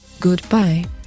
Goodbye